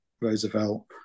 Roosevelt